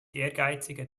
ehrgeizige